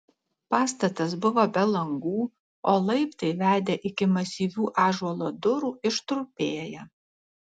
pastatas buvo be langų o laiptai vedę iki masyvių ąžuolo durų ištrupėję